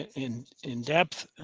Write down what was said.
in in depth,